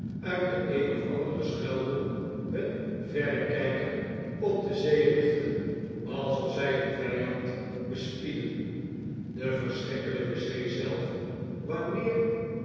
uit den een of anderen schuilhoek hun verrekijker op de zee richtten alsof zij een vijand bespiedden de verschrikkelijke zee zelf wanneer